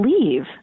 leave